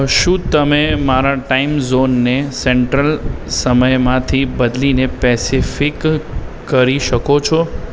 શું તમે મારા ટાઈમ ઝોનને સેન્ટ્રલ સમયમાંથી બદલીને પૅસિફિક કરી શકો છો